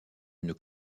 une